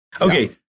Okay